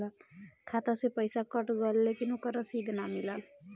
खाता से पइसा कट गेलऽ लेकिन ओकर रशिद न मिलल?